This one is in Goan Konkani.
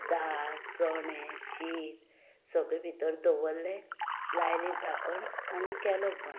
दाळ चणे शीत सगळे भितर दवरलें लायली धाकण आनी केलो बंद